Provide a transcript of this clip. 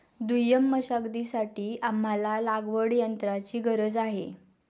दुय्यम मशागतीसाठी आम्हाला लागवडयंत्राची गरज आहे